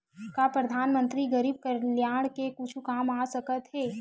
का परधानमंतरी गरीब कल्याण के कुछु काम आ सकत हे